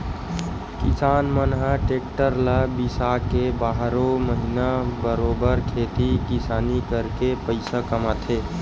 किसान मन ह टेक्टर ल बिसाके बारहो महिना बरोबर खेती किसानी करके पइसा कमाथे